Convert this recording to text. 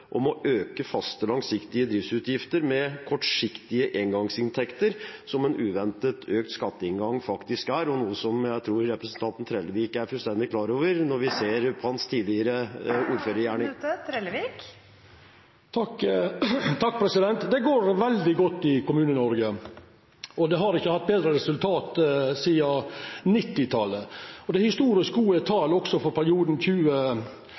om å øke faste langsiktige driftsutgifter med kortsiktige engangsinntekter, som uventet økt skatteinngang faktisk er, noe jeg tror representanten Trellevik er fullstendig klar over når vi ser hans tidligere … Taletiden er ute. Det går veldig godt i Kommune-Noreg. Det har ikkje vore betre resultat sidan 1990-talet. Det har vore historisk gode tal også for perioden